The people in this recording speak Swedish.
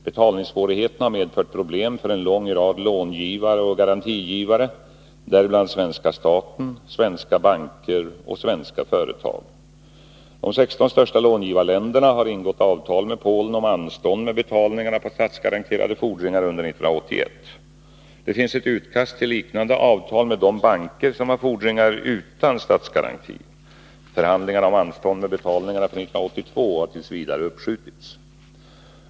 Betalningssvårigheterna har medfört problem för en lång rad långivare och garantigivare, däribland svenska staten, svenska banker och svenska företag. De 16 största långivarländerna har ingått avtal med Polen om anstånd med betalningarna på statsgaranterade fordringar under 1981. Det finns ett utkast till liknande avtal med de banker som har fordringar utan statsgaranti. Förhandlingarna om anstånd med betalningarna för 1982 har t. v. uppskjutits.